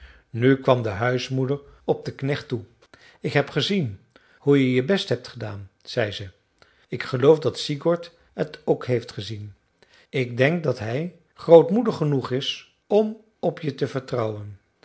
nu kwam de huismoeder op den knecht toe ik heb gezien hoe je je best hebt gedaan zei ze ik geloof dat sigurd het ook heeft gezien ik denk dat hij grootmoedig genoeg is om op je te vertrouwen